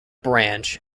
branch